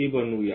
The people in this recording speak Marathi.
ती बनवूया